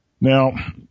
Now